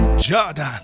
Jordan